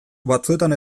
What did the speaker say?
batzuetan